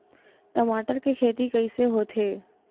टमाटर के खेती कइसे होथे?